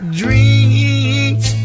dreams